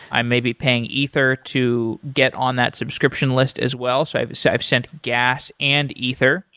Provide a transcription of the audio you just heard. i'm maybe paying ether to get on that subscription list as well. so i've so i've sent gas and ether.